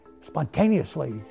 spontaneously